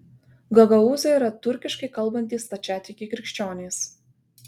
gagaūzai yra turkiškai kalbantys stačiatikiai krikščionys